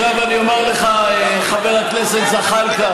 בושה וחרפה.